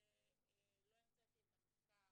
שלא המצאתי את המחקר,